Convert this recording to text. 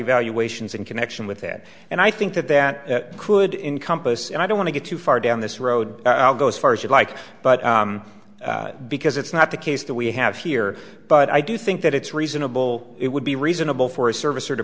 property valuations in connection with it and i think that that could in compass and i don't want to get too far down this road i'll go as far as you like but because it's not the case that we have here but i do think that it's reasonable it would be reasonable for a service or to